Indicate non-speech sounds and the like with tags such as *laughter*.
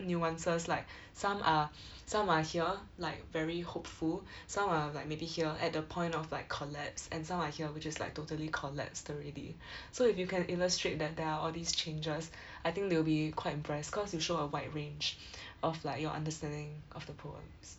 nuances like *breath* some are *breath* some are here like very hopeful *breath* some are like maybe here at the point of collapse and some are here which is like totally collapsed already *breath* so if you can illustrate that there are all these changes *breath* I think they will be quite impressed cause you show a wide range *breath* of like your understanding of the poems